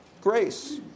grace